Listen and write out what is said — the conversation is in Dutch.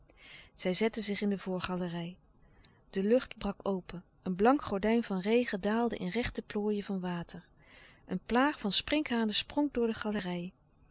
zij zette zich in de voorgalerij de lucht brak open een blank gordijn van regen daalde in rechte plooien van water een plaag van sprinkhanen sprong door de galerij